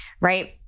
right